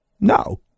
no